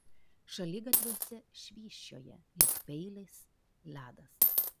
šaligatviuose švysčioja lyg peiliais ledas